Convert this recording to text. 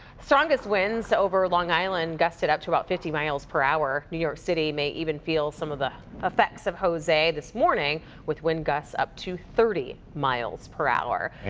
strongest winds over long island gusted up to fifty miles per hour. new york city may even feel some of the effects of jose this morning with wind gusts up to thirty miles per hour.